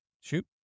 Shoot